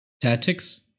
Tactics